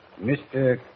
Mr